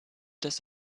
des